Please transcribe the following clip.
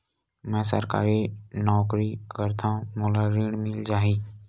मै सरकारी नौकरी करथव मोला ऋण मिल जाही?